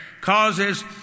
causes